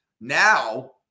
Now